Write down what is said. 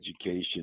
education